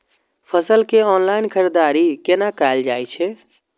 फसल के ऑनलाइन खरीददारी केना कायल जाय छै?